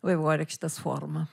vaivorykštės forma